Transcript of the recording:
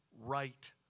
right